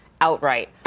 outright